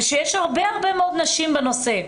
ושיש הרבה מאוד נשים בנושא.